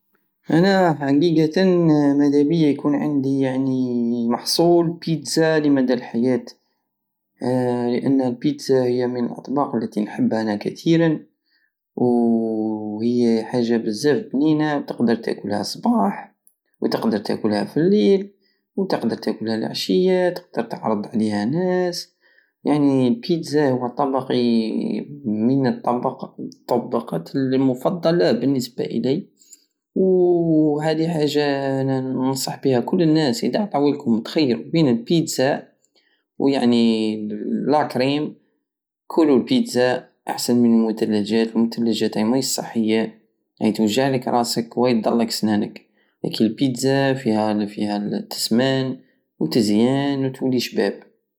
انايا حقيقتا مدبيا يكون عندي يعني محصول بيتزا لمدى الحياة لان البيتزا هي من الاطباق التي نحبها انايا كتيرا وهي حاجة بزاف بنينة تقدر تاكلها صباح وتقدر تاكلها في اليل وتقدر تاكلها لعشية تقدر تعرض عليها ناس يعني البيتزا هو طبقي من الطبق- الطبقات المفضلة بالنسبة الي وهادي حاجة انا ننصح بيها كل الناس ادا عطاولكم تخيرو بين البيتزا ويعني لاكريم كولو البيتزا احسن من المثلاجت المتلجات ماهيش صحية هي توجعلك راسك وهاي ضرلك سنانك ولكن البيتزا فيها- فيها تسمان وتزيان وتولي شباب